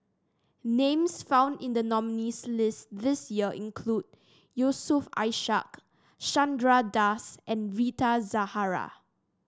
names found in the nominees' list this year include Yusof Ishak Chandra Das and Rita Zahara